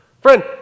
Friend